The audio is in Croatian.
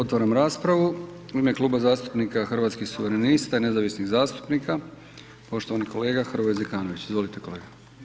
Otvaram raspravu. u ime Kluba zastupnika Hrvatskih suverenista i nezavisnih zastupnika poštovani kolega Hrvoje Zekanović, izvolite kolega.